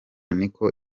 niko